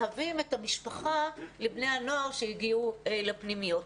מהווים את המשפחה לבני הנוער שהגיעו לפנימיות.